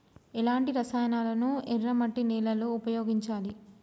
ఎలాంటి రసాయనాలను ఎర్ర మట్టి నేల లో ఉపయోగించాలి?